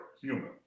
human